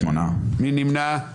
הצבעה לא אושרה.